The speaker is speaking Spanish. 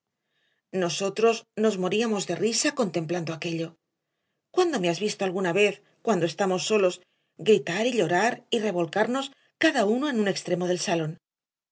nosotros nos moríamos de risa contemplando aquello cuándo me has visto alguna vez cuando estamos solos gritar y llorar y revolcarnos cada uno en un extremo del salón